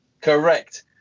Correct